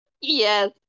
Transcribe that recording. Yes